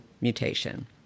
mutation